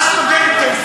הסטודנטים,